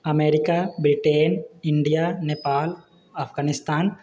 America Britain India Nepal Afghanistan